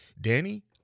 Danny